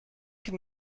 can